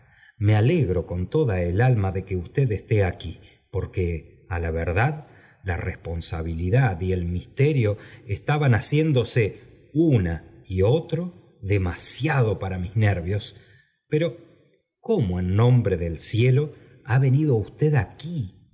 me alegro con toda el alma de que usted esté aquí porque á la verdad la responsabiuaad y el misterio estaban haciéndose una y otro demasiado para mis nervios pero cómo en nombre del cielo ha venido usted aquí